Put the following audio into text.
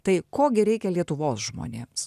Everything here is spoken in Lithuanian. tai ko gi reikia lietuvos žmonėms